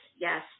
yes